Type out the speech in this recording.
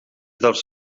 dels